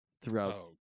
throughout